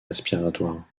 respiratoire